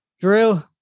Drew